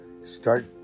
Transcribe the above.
start